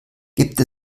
gibt